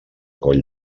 coll